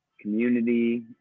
community